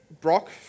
Brock